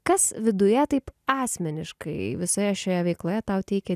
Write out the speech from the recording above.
kas viduje taip asmeniškai visoje šioje veikloje tau teikia